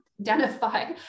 identify